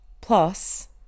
Plus